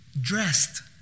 dressed